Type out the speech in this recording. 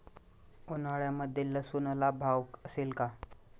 उन्हाळ्यामध्ये लसूणला भाव असेल का?